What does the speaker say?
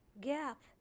gap